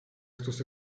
estos